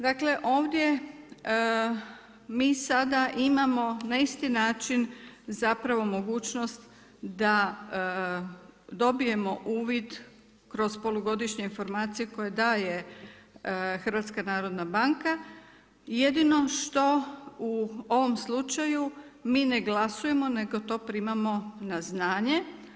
Dakle, ovdje mi sada imamo na isti način zapravo mogućnost da dobijemo uvid kroz polugodišnje informacije koje daje Hrvatske narodna banka, jedino što u ovom slučaju mi ne glasujemo nego to primamo na znanje.